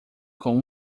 com